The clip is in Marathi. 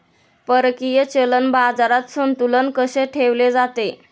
परकीय चलन बाजारात संतुलन कसे ठेवले जाते?